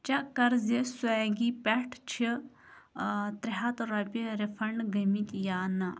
check کَر زِ Swiggy پٮ۪ٹھ چھِ ترٛےٚ ہَتھ رۄپیہِ رِفنڈ گٔمٕتۍ یا نہٕ